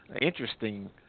interesting